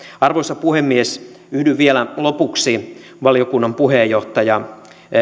arvoisa puhemies yhdyn vielä lopuksi valiokunnan puheenjohtaja